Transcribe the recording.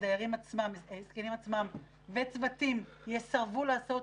ודיירים עצמם, זקנים עצמם, וצוותים יסרבו לעשות